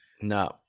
No